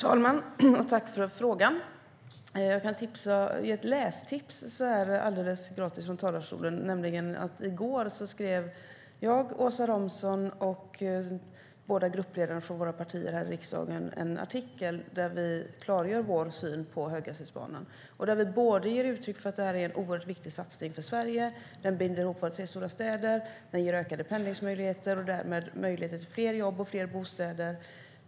Fru talman! Tack för frågan, Annika Qarlsson! Jag kan ge ett lästips alldeles gratis från talarstolen. I går skrev nämligen jag, Åsa Romson och gruppledarna för våra båda partier här i riksdagen en artikel där vi klargör vår syn på höghastighetsbanan. Vi ger uttryck för att den är en oerhört viktig satsning för Sverige. Den binder ihop våra tre största städer. Den ger ökade pendlingsmöjligheter och därmed möjligheter till fler jobb och fler bostäder.